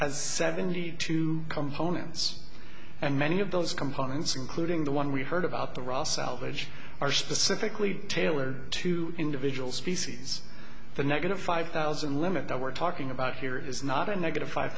has seventy two components and many of those components including the one we heard about the raw salvage are specifically tailored to individual species the negative five thousand limit that we're talking about here is not a negative five